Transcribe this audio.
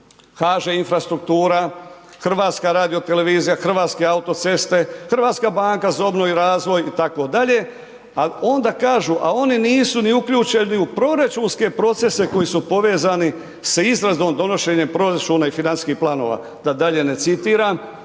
HŽ Infrastruktura, HRT, Hrvatske autoceste, HBOR itd., a onda kažu, a oni nisu ni uključeni u proračunske procese koji su povezani sa izradom donošenje proračuna i financijskih planova da dalje ne citiram,